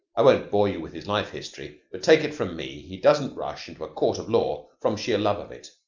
i won't bore you with his life-history, but take it from me he doesn't rush into a court of law from sheer love of it.